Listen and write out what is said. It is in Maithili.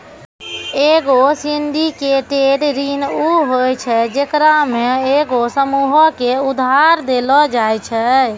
एगो सिंडिकेटेड ऋण उ होय छै जेकरा मे एगो समूहो के उधार देलो जाय छै